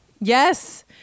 Yes